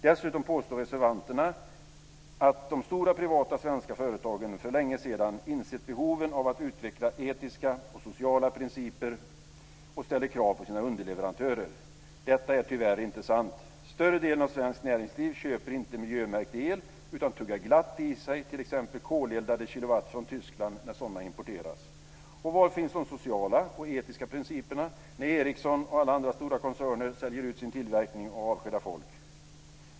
Dessutom påstår reservanterna att de stora privata svenska företagen för länge sedan insett behoven av att utveckla etiska och sociala principer och att de ställer krav på sina underleverantörer. Detta är tyvärr inte sant. Större delen av svenskt näringsliv köper inte miljömärkt el utan tuggar glatt i sig t.ex. koleldade kilowatt från Tyskland när sådana importeras. Var finns de sociala och etiska principerna när Ericsson och alla andra stora koncerner säljer ut sin tillverkning och avskedar folk?